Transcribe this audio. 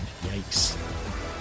Yikes